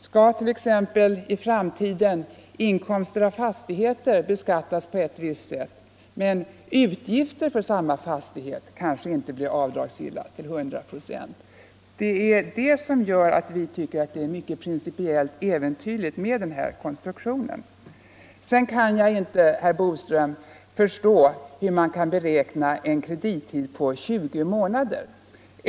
Skall t.ex. i framtiden inkomster av fastighet beskattas på ett visst sätt men utgifter för samma fastighet kanske inte bli avdragsgilla på motsvarande sätt? Det är det som gör att vi tycker att det är principiellt mycket äventyrligt med den här konstruktionen. Sedan kan jag inte, herr Boström, förstå hur man kan beräkna en kredittid på 20 månader.